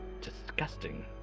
disgusting